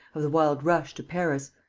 of the wild rush to paris,